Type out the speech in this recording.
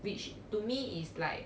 which to me is like